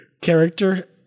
character